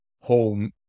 home